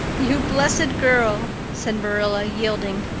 you blessed girl! said marilla, yielding.